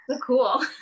cool